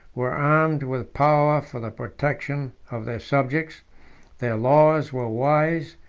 were armed with power for the protection of their subjects their laws were wise,